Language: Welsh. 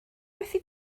methu